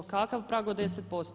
Kakav prag od 10%